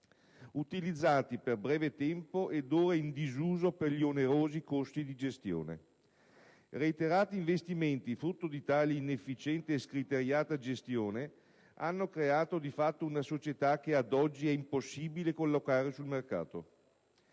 utilizzati per breve tempo ed ora in disuso per gli onerosi costi di gestione. Reiterati investimenti, frutto di tale inefficiente e scriteriata gestione, hanno creato di fatto una società che ad oggi è impossibile collocare sul mercato.